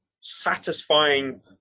satisfying